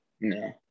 No